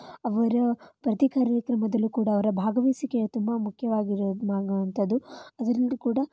ಅವರ ಪ್ರತಿ ಕಾರ್ಯಕ್ರಮದಲ್ಲೂ ಕೂಡ ಅವರ ಭಾಗವಹಿಸುವಿಕೆ ತುಂಬ ಮುಖ್ಯವಾಗಿರೋದು ವಂಥದ್ದು ಅದರಲ್ಲೂ ಕೂಡಾ